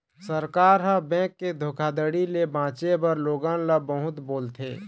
सरकार ह, बेंक के धोखाघड़ी ले बाचे बर लोगन ल बहुत बोलथे